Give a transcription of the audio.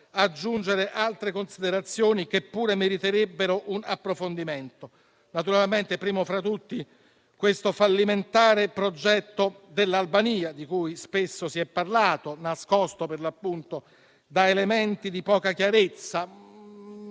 aggiungere altre considerazioni che pure meriterebbero un approfondimento. Naturalmente prima fra tutte è quella sul fallimentare progetto dell'Albania, di cui spesso si è parlato, nascosto da elementi di poca chiarezza: